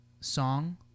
song